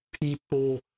people